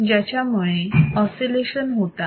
ज्याच्यामुळे ऑसिलेशन होतात